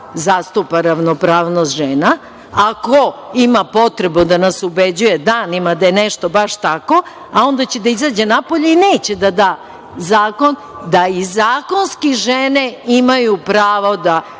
zastupa ravnopravnost žena a ko ima potrebu da nas ubeđuje danima da je nešto baš tako, a onda će da izađe napolje i neće da da zakon, da i zakonski žene imaju pravo da